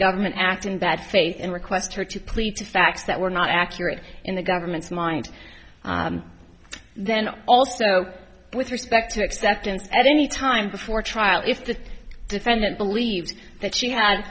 government act in bad faith and request her to plead to facts that were not accurate in the government's mind then also with respect to acceptance at any time before trial if the defendant believes that she had